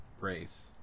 race